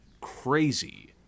crazy